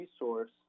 resource